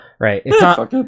right